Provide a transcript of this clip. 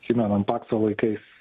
prisimenam pakso laikais